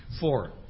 Four